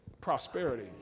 prosperity